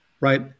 right